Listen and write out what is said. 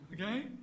okay